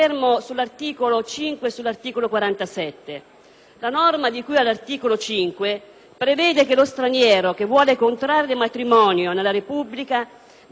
La norma di cui all'articolo 5 prevede che lo straniero che vuole contrarre matrimonio nella Repubblica deve presentare all'ufficiale dello stato civile non solo